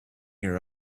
your